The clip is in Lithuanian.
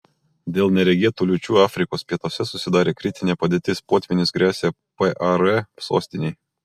dėl neregėtų liūčių afrikos pietuose susidarė kritinė padėtis potvynis gresia par sostinei